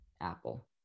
apple